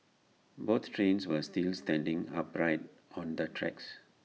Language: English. both trains were still standing upright on the tracks